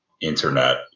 internet